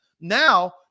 Now